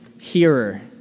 hearer